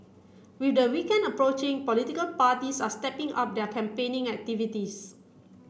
with the weekend approaching political parties are stepping up their campaigning activities